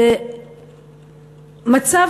זה מצב